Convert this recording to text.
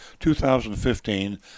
2015